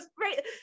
Right